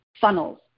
funnels